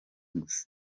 gusa